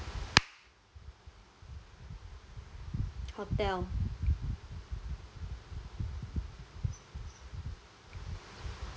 hotel